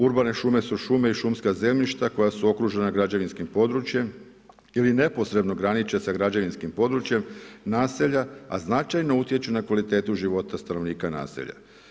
Urbane šume su šume i šumska zemljišta koja su okružena građevinskim područjem ili neposredno graniče sa građevinskim područjem naselja, a značajno utječu na kvalitetu života stanovnika naselja.